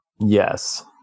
Yes